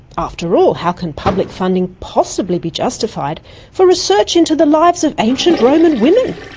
after all, how can public funding possibly be justified for research into the lives of ancient roman women,